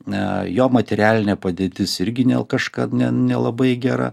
na jo materialinė padėtis irgi ne kažką ne nelabai gera